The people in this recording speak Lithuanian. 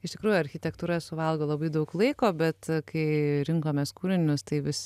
iš tikrųjų architektūra suvalgo labai daug laiko bet kai rinkomės kūrinius tai vis